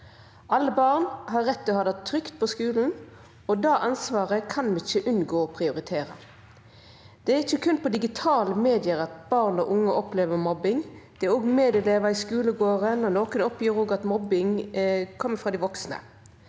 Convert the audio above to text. Alle barn har rett til å ha det trygt på skolen, og det ansvaret kan vi ikke unngå å prioritere. Det er ikke kun på digitale medier at barn og unge opplever mobbing, det er også av medelever i skolegården, og noen oppgir også mobbing fra de voksne.